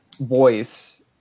voice